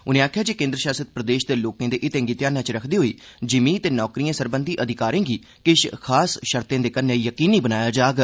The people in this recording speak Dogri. उनें आखेआ जे केन्द्र शासित प्रदेश दे लोकें दे हितें गी ध्याना च रक्खदे होई जिर्मी ते नौकरिएं सरबंधी अधिकारें गी किश खास शर्ते दे कनै यकीनी बनाया जाग